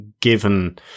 given